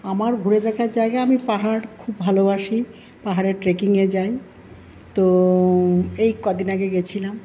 আমার ঘুরে দেখার জায়গা আমি পাহাড় খুব ভালোবাসি পাহাড়ে ট্র্যাকিংয়ে যাই তো এই কদিন আগে গেছিলাম